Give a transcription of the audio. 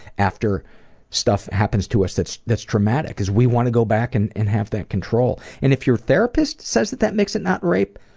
after stuff happens to us that's that's traumatic, cause we want to go back and and have that control. and if your therapist says that that makes it not rape,